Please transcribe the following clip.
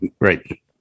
Right